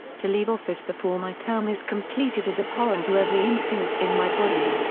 to leave office before my term is completed is abhorrent to every instinct in my body.